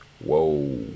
whoa